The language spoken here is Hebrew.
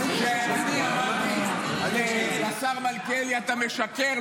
אני אמרתי לשר מלכיאלי: אתה משקר.